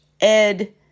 Ed